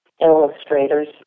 illustrators